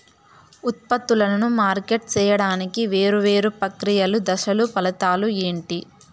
ఉత్పత్తులను మార్కెట్ సేయడానికి వేరువేరు ప్రక్రియలు దశలు ఫలితాలు ఏంటి?